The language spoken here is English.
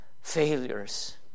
failures